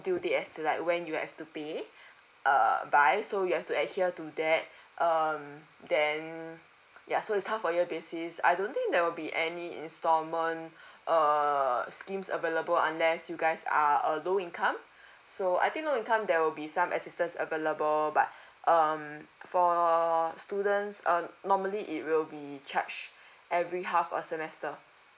due date as to like when you have to pay err by so you have to adhere to that um then ya so is half a year basis I don't think there will be any installment err schemes available unless you guys are a low income so I think low income there will be some assistance available but um for students uh normally it will be charged every half a semester